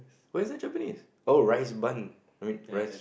why is it Japanese oh rice bun I mean rice